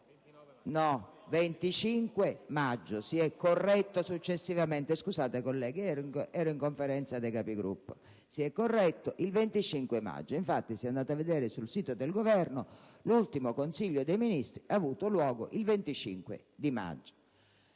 dei Capigruppo. Si è corretto, ha detto il 25 maggio. Infatti, se andate a vedere sul sito del Governo, l'ultimo Consiglio dei ministri ha avuto luogo il 25 maggio.